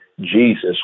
Jesus